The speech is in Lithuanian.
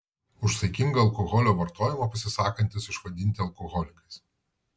už saikingą alkoholio vartojimą pasisakantys išvadinti alkoholikais